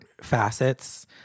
facets